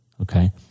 Okay